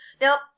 Now